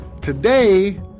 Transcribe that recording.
Today